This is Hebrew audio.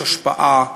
יש השפעה,